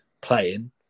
playing